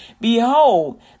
Behold